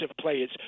players